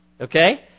okay